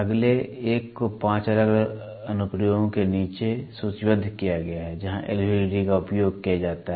अगले एक को 5 अलग अलग अनुप्रयोगों के नीचे सूचीबद्ध किया गया है जहां LVDT का उपयोग किया जाता है